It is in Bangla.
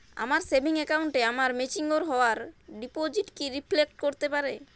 আমার সেভিংস অ্যাকাউন্টে আমার ম্যাচিওর হওয়া ডিপোজিট কি রিফ্লেক্ট করতে পারে?